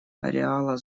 ареала